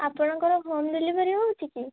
ଆପଣଙ୍କର home delivery ହେଉଛି କି